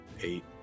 eight